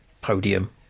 podium